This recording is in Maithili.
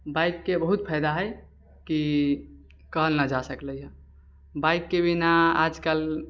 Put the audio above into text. बाइकके बहुत फायदा हय कि कहल नहि जा सकलै हऽ बाइकके बिना आजकल